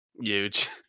Huge